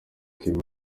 kim